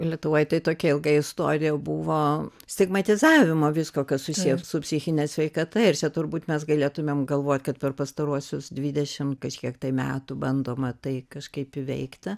lietuvoj tai tokia ilga istorija buvo stigmatizavo visko kas susiję su psichine sveikata ir turbūt mes galėtumėm galvot kad per pastaruosius dvidešimt kažkiek metų bandoma tai kažkaip įveikti